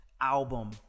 album